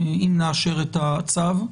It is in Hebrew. אם נאשר את הצו.